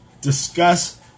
discuss